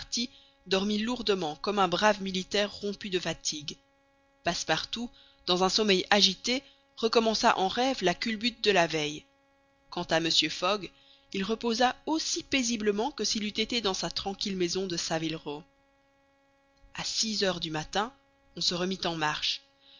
dormit lourdement comme un brave militaire rompu de fatigues passepartout dans un sommeil agité recommença en rêve la culbute de la veille quant à mr fogg il reposa aussi paisiblement que s'il eût été dans sa tranquille maison de saville row a six heures du matin on se remit en marche